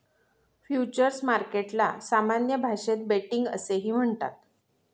futures मार्केटला सामान्य भाषेत बेटिंग असेही म्हणतात